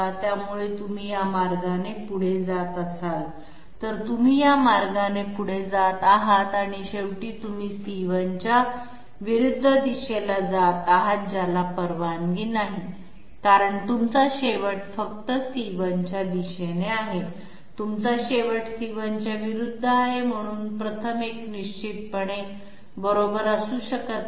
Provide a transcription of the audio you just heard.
त्यामुळे तुम्ही या मार्गाने पुढे जात असाल तर तुम्ही या मार्गाने पुढे जात आहात आणि शेवटी तुम्ही c1 च्या विरुद्ध दिशेला जात आहात ज्याला परवानगी नाही कारण तुमचा शेवट फक्त c1 च्या दिशेने आहे तुमचा शेवट c1 च्या विरुद्ध आहे म्हणून प्रथम एक निश्चितपणे बरोबर असू शकत नाही